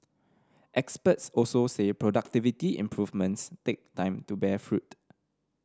experts also say productivity improvements take time to bear fruit